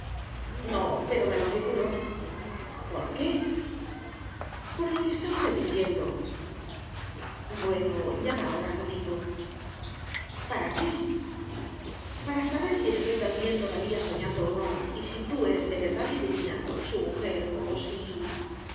no pero me lo figuro por qué por lo que está usted diciendo bueno llama ahora a domingo para qué para saber si estoy también todavía soñando o no y si tú eres de verdad liduvina su mujer o si